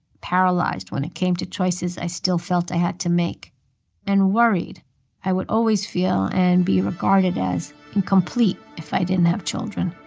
paralyzed when it came to choices i still felt i had to make and worried i would always feel and be regarded as incomplete if i didn't have children.